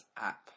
app